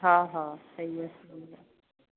हा हा सही आहे सही आहे